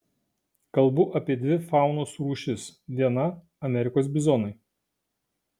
kalbu apie dvi faunos rūšis viena amerikos bizonai